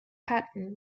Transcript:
pattern